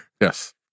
yes